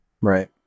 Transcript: Right